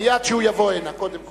מייד שהוא יבוא הנה, קודם כול.